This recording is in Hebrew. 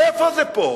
איפה זה פה?